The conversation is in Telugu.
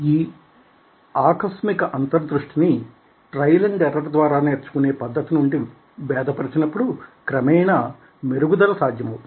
ఈ ఆకస్మిక అంతర్ దృష్టి ని ట్రైల్ అండ్ ఎర్రర్ ద్వారా నేర్చుకునే పద్దతి నుండి భేదపరచినప్పుడు క్రమేణా మెరుగుదల సాధ్యమవుతుంది